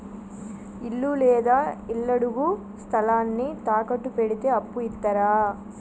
ఇల్లు లేదా ఇళ్లడుగు స్థలాన్ని తాకట్టు పెడితే అప్పు ఇత్తరా?